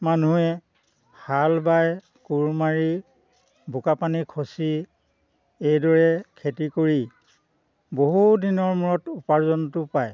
মানুহে হাল বায় কোৰ মাৰি বোকা পানী খছি এইদৰে খেতি কৰি বহু দিনৰ মূৰত উপাৰ্জনটো পায়